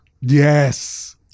Yes